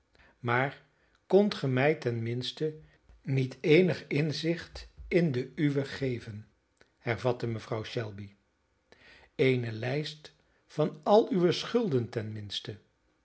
maar kondt ge mij ten minste niet eenig inzicht in de uwe geven hervatte mevrouw shelby eene lijst van al uwe schulden